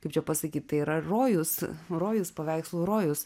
kaip čia pasakyt tai yra rojus rojus paveikslo rojus